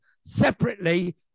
separately